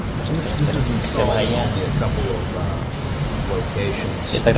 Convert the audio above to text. this this is installed in only a couple of locations,